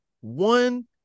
one